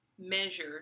measure